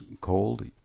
cold